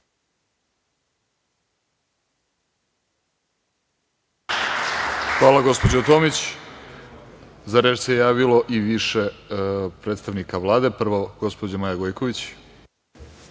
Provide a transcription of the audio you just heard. Hvala gospođo Tomić.Za reč se javilo više predstavnika Vlade. Prvo reč ima gospođa Maja Gojković.